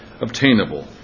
obtainable